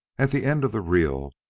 at the end of the reel,